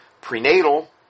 prenatal